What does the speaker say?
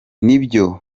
nibyo